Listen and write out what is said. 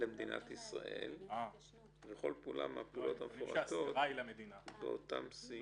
למדינת ישראל וכל פעולה מהפעולות המפורטות באותם סעיפים".